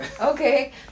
Okay